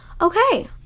Okay